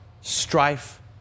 strife